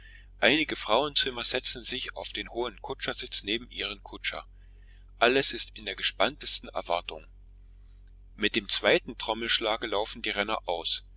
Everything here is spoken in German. einige frauenzimmer setzen sich auf den hohen kutschersitz neben ihren kutscher alles ist in der gespanntesten erwartung mit dem zweiten trommelschlage laufen die renner aus